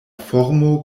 formo